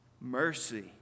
Mercy